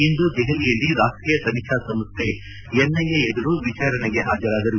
ಇಂದು ದೆಹಲಿಯಲ್ಲಿ ರಾಷ್ವೀಯ ತನಿಖಾ ಸಂಸ್ಥೆ ಎನ್ಐಎ ಎದುರು ವಿಚಾರಣೆಗೆ ಹಾಜರಾದರು